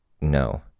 no